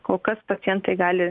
kol kas pacientai gali